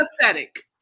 Pathetic